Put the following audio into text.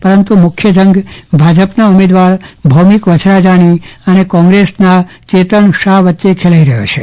પરંતુ મખ્ય જંગ ભાજપના ઉમેદવાર ભોમિક વચ્છરાજાની અને કોંગસના ચેતન શાહ વચ્ચ ખેલાઈ રહયો છે